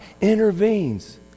intervenes